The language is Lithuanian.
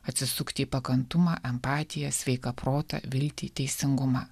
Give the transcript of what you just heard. atsisukti į pakantumą empatiją sveiką protą viltį teisingumą